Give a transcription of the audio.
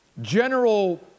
general